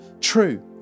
true